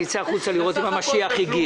אני אצא החוצה לראות אם המשיח הגיע ...